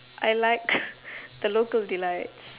I like the local delights